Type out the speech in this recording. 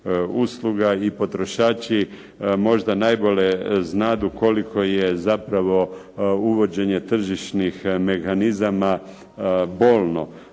i potrošači možda najbolje znadu koliko je zapravo uvođenje tržišnih mehanizama bolno,